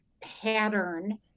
pattern